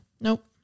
Nope